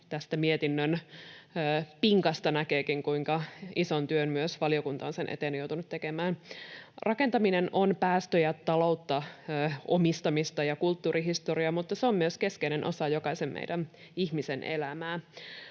tästä mietinnön pinkasta näkeekin, kuinka ison työn myös valiokunta on sen eteen joutunut tekemään. Rakentaminen on päästöjä, taloutta, omistamista ja kulttuurihistoriaa, mutta se on myös keskeinen osa jokaisen meidän ihmisen elämää.